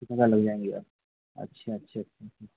कितना लग जाएँगे यार अच्छा अच्छा अच्छा अच्छा